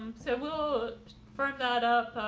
um so we'll firm that up.